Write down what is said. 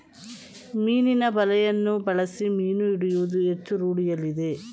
ಮೀನಿನ ಬಲೆಯನ್ನು ಬಳಸಿ ಮೀನು ಹಿಡಿಯುವುದು ಹೆಚ್ಚು ರೂಢಿಯಲ್ಲಿದೆ